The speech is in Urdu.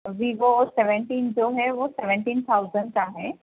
ویوو سیونٹین جو ہے وہ سیونٹین تھاؤزینڈ کا ہے